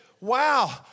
wow